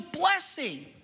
blessing